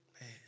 Man